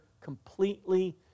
completely